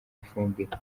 ifumbire